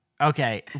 Okay